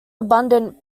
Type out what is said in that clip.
abundant